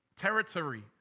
territory